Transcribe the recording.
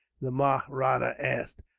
the mahratta asked.